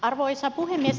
arvoisa puhemies